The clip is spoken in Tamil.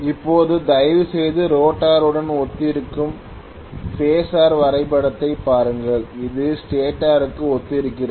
இப்போது தயவுசெய்து ரோட்டருடன் ஒத்திருக்கும் பேஸர் வரைபடத்தைப் பாருங்கள் இது ஸ்டேட்டருக்கு ஒத்திருக்கிறது